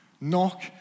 Knock